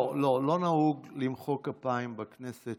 לא נהוג למחוא כפיים בכנסת.